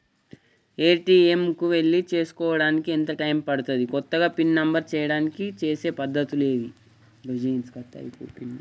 ATM కు వెళ్లి చేసుకోవడానికి ఎంత టైం పడుతది? కొత్తగా పిన్ నంబర్ చేయడానికి చేసే పద్ధతులు ఏవి?